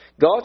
God